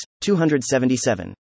277